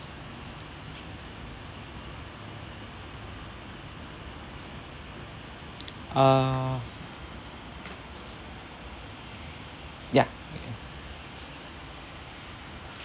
uh ya